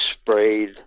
sprayed